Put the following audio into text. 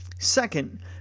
Second